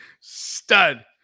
Stud